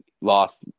lost